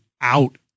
out